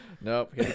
Nope